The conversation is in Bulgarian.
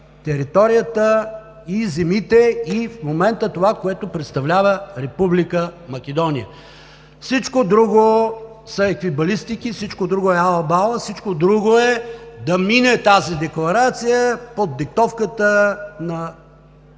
територията, и земите, и това, което в момента представлява Република Македония. Всичко друго е еквилибристика, всичко друго е ала бала, всичко друго е да мине тази декларация под диктовката на